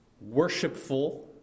worshipful